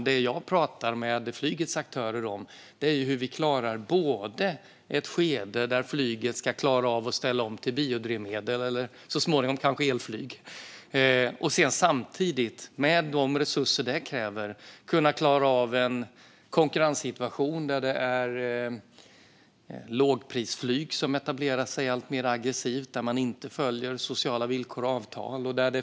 Det jag pratar med flygets aktörer om är hur flyget ska klara av att ställa om till biodrivmedel och så småningom el och samtidigt klara en konkurrenssituation med lågprisflyg som etablerar sig alltmer aggressivt och inte följer sociala villkor och avtal.